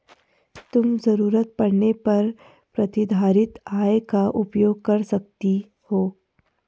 तुम ज़रूरत पड़ने पर प्रतिधारित आय का उपयोग कर सकती हो